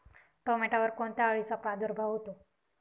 टोमॅटोवर कोणत्या अळीचा प्रादुर्भाव होतो?